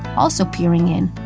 also peering in,